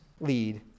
lead